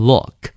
Look